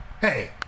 Hey